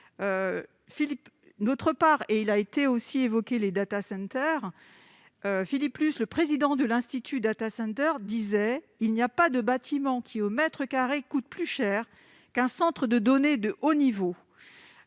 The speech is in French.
Philippe Luce, président d'Institut Datacenter, « il n'y a pas de bâtiment qui, au mètre carré, coûte plus cher qu'un centre de données de haut niveau »,